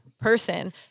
person